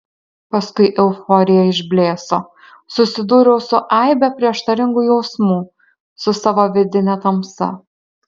paskui euforija išblėso susidūriau su aibe prieštaringų jausmų su savo vidine tamsa